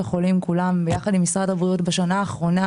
כולן יחד עם משרד הבריאות בשנה האחרונה